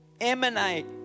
emanate